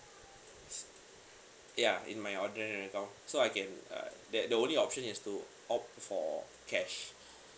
ya in my ordinary account so I can uh the the only option is to opt for cash